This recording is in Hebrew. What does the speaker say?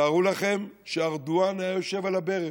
תארו לכם שארדואן היה יושב על הברז.